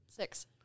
Six